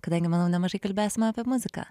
kadangi manau nemažai kalbėsime apie muziką